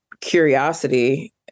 curiosity